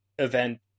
Event